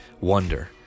Wonder